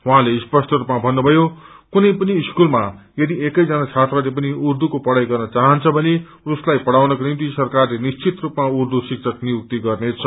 उहाँले स्पष्ट रूपमा भन्नुभयो कुनै पनि स्कूलमा चदि एकैजना छात्रले पनि उर्दूको पढ़ाई गर्न चाहन्छ भने उसलाइ पढ़ाउनको निम्ति सरकारले निश्चित रूपमा उर्दू शिक्क नियुक्त गर्नेछ